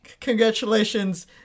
congratulations